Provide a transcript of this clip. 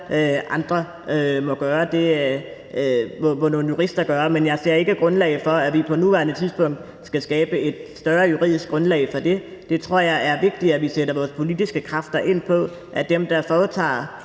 for. Det synes jeg nogle jurister må gøre. Men jeg ser ikke et grundlag for, at vi på nuværende tidspunkt skal skabe større juridisk grundlag for det. Jeg tror, det er vigtigere, at vi sætter vores politiske kræfter ind på, at dem, der foretager